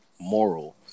moral